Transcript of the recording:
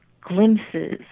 glimpses